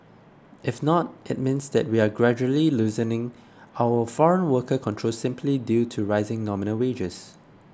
if not it means that we are gradually loosening our foreign worker controls simply due to rising nominal wages